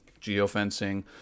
geofencing